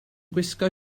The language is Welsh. gwisgo